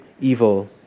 evil